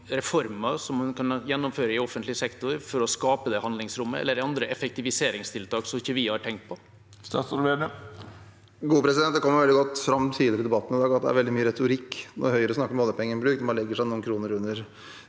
reformer som en kan gjennomføre i offentlig sektor for å skape det handlingsrommet, eller er det andre effektiviseringstiltak som vi ikke har tenkt på? Statsråd Trygve Slagsvold Vedum Det kom veldig godt fram tidligere i debatten i dag at det er veldig mye retorikk når Høyre snakker om oljepengebruk. Når man legger seg noen kroner under